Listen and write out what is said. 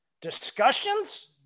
discussions